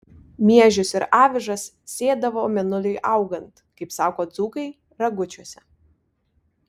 miežius ir avižas sėdavo mėnuliui augant kaip sako dzūkai ragučiuose